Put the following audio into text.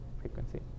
frequency